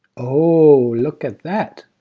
oh, look at that!